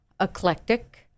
eclectic